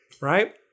Right